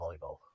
volleyball